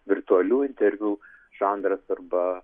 virtualių interviu žanras arba